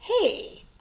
hey